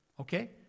Okay